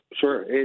sure